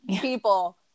people